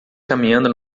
caminhando